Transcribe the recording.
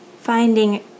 finding